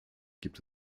gibt